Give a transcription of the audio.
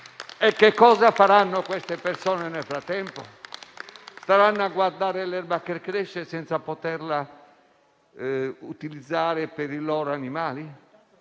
Cosa faranno queste persone nel frattempo? Staranno a guardare l'erba che cresce, senza poterla utilizzare per i loro animali?